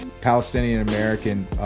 Palestinian-American